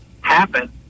happen